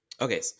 Okay